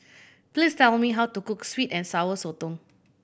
please tell me how to cook sweet and Sour Sotong